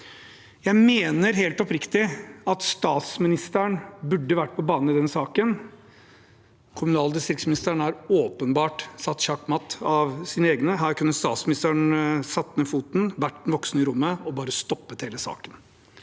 Jeg mener helt oppriktig at statsministeren burde vært på banen i denne saken. Kommunal- og distriktsministeren er åpenbart satt sjakk matt av sine egne. Her kunne statsministeren satt ned foten, vært den voksne i rommet og bare stoppet hele saken.